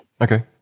Okay